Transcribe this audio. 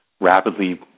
rapidly